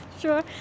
sure